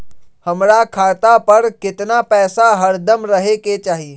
हमरा खाता पर केतना पैसा हरदम रहे के चाहि?